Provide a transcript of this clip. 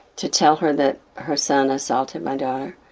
to tell her that her son assaulted my daughter?